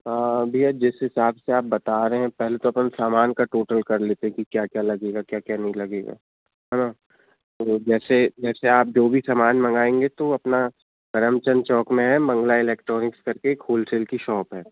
हाँ भैया जिस हिसाब से आप बता रहे हैं पहले तो अपन सामान का टोटल कर लेते हैं कि क्या क्या लगेगा क्या क्या नहीं लगेगा है ना तो जैसे जैसे आप जो भी सामान मगवाएँगे तो अपना करमचंद चौंक में है मंगला इलेक्ट्रॉनिक्स करके एक होलसेल की शॉप है